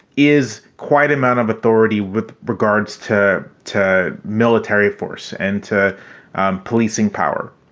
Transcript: is quite amount of authority with regards to to military force and to policing power.